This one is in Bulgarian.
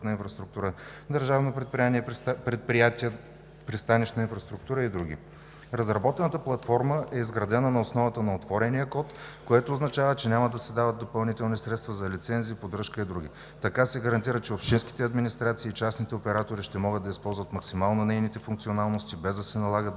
инфраструктура“, Държавното предприятие „Пристанищна инфраструктура“ и други. Разработената платформа е изградена на основата на отворения код, което означава, че няма да се дават допълнителни средства за лицензи, поддръжка и други. Така се гарантира, че общинските администрации и частните оператори ще могат да използват максимално нейните функционалности, без да се налагат